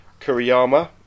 Kuriyama